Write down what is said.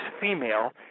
female